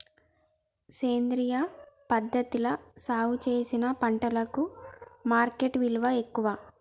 సేంద్రియ పద్ధతిలా సాగు చేసిన పంటలకు మార్కెట్ విలువ ఎక్కువ